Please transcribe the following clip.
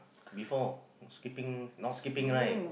before skipping now skipping right